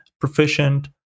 proficient